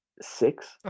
Six